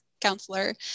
counselor